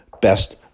best